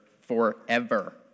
forever